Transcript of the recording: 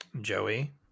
Joey